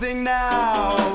now